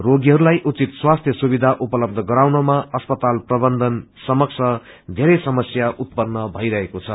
रोगीहरूलाई उचित स्वास्थ्य सुविधा उपलब्ध गराउनमा अस्पाताल प्रबन्धन समक्ष बेरै समस्या उत्पन्न भईरहेको छ